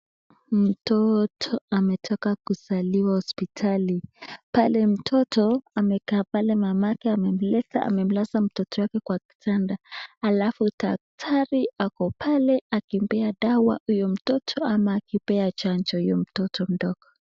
Mtoto ametoka kuzaliwa hospitali pale mtoto amekaa pale mamake amemleta amemlaza mtoto wake kwa kitanda alafu daktari ako pale akimpea dawa huyu mtoto ama akipea chanjo huyu mtoto mdogo.